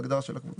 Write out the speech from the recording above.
בהגדרה של הקבוצה.